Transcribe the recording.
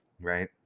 right